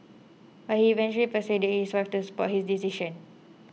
but he eventually persuaded his wife to support his decision